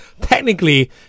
technically